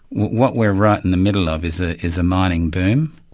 what we're right in the middle of is ah is a mining boom.